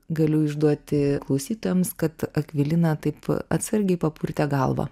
galiu išduoti klausytojams kad akvilina taip atsargiai papurtė galvą